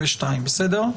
בסדר?